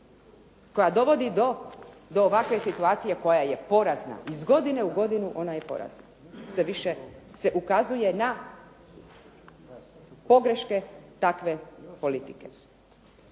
koja dovodi do ovakve situacije koja je porazna, iz godine u godinu ona je porazna. Sve više se ukazuje na pogreške takve politike.